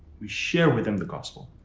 we share with them the gospel,